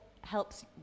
helps